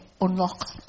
unlock